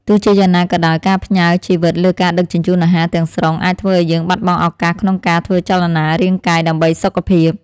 ទោះជាយ៉ាងណាក៏ដោយការផ្ញើជីវិតលើការដឹកជញ្ជូនអាហារទាំងស្រុងអាចធ្វើឲ្យយើងបាត់បង់ឱកាសក្នុងការធ្វើចលនារាងកាយដើម្បីសុខភាព។